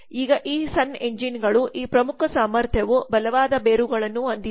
ಈಗ ಈ ಸಣ್ಣ ಎಂಜಿನ್ಗಳು ಈ ಪ್ರಮುಖ ಸಾಮರ್ಥ್ಯವು ಬಲವಾದಬೇರುಗಳನ್ನು ಹೊಂದಿದೆ